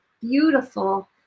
beautiful